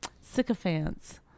sycophants